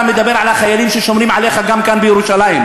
אתה מדבר על החיילים ששומרים עליך גם כאן בירושלים.